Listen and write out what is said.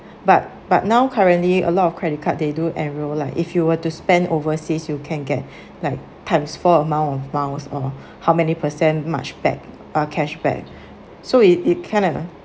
but but now currently a lot of credit card they do enroll like if you were to spend overseas you can get like times four amount of miles or how many percent much back uh cashback so it it kind of